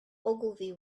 ogilvy